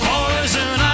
Poison